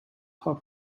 half